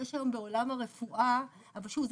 אבל שוב,